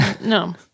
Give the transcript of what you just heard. No